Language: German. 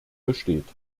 besteht